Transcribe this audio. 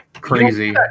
crazy